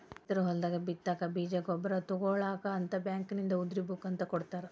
ರೈತರು ಹೊಲದಾಗ ಬಿತ್ತಾಕ ಬೇಜ ಗೊಬ್ಬರ ತುಗೋಳಾಕ ಅಂತ ಬ್ಯಾಂಕಿನಿಂದ ಉದ್ರಿ ಬುಕ್ ಅಂತ ಕೊಡತಾರ